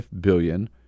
billion